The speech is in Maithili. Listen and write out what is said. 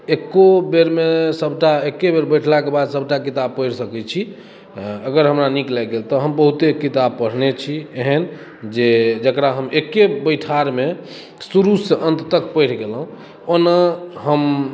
एको बेर मे सभटा एके बेर बैठला के बाद सभटा किताब पढ़ि सकै छी अगर हमरा नीक लागि गेल तऽ हम बहुते किताब पढ़ने छी एहन जे जकरा हम एके बैठार मे शुरू सँ अन्त तक पढ़ि गेलहुॅं ओना हम